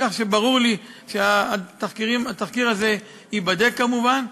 ברור לי שהתחקיר הזה ייבדק, כמובן.